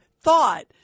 thought